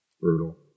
Brutal